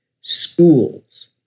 schools